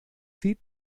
cid